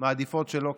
מעדיפות שלא,